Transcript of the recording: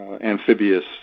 amphibious